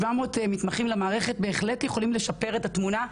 700 מתמחים למערכת בהחלט יכולים לשפר את התמונה.